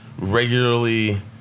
regularly